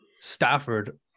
Stafford –